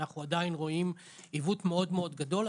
אנחנו עדיין רואים עיוות מאוד מאוד גדול.